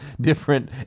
different